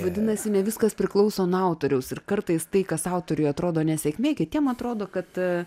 vadinasi ne viskas priklauso nuo autoriaus ir kartais tai kas autoriui atrodo nesėkmė kitiem atrodo kad